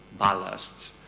ballasts